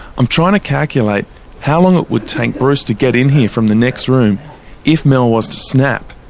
i'm trying to calculate how long it would take bruce to get in here from the next room if mel was to snap.